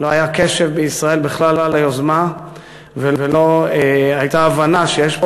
לא היה קשב בישראל בכלל ליוזמה ולא הייתה הבנה שיש פה